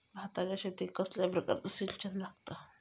भाताच्या शेतीक कसल्या प्रकारचा सिंचन लागता?